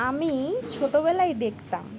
আমি ছোটোবেলায় দেখতাম